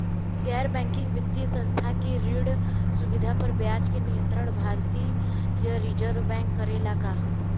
गैर बैंकिंग वित्तीय संस्था से ऋण सुविधा पर ब्याज के नियंत्रण भारती य रिजर्व बैंक करे ला का?